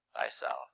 thyself